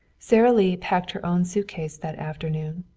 sara lee packed her own suitcase that afternoon,